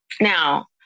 Now